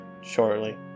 shortly